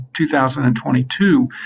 2022